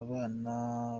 bana